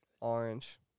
Orange